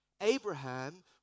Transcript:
Abraham